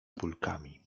kulkami